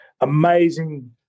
amazing